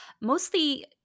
mostly